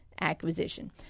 Acquisition